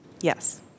yes